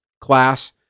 class